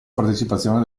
partecipazione